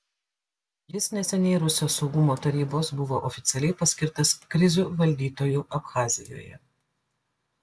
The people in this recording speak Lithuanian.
jis neseniai rusijos saugumo tarybos buvo oficialiai paskirtas krizių valdytoju abchazijoje